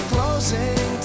Closing